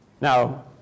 Now